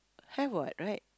have what right